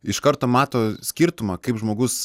iš karto mato skirtumą kaip žmogus